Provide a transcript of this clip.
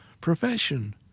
profession